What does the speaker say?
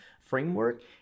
framework